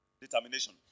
Determination